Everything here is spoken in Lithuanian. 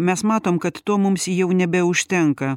mes matom kad to mums jau nebeužtenka